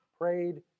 prayed